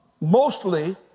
mostly